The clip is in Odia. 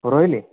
ହଉ ରହିଲି